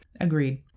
Agreed